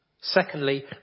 Secondly